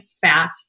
fat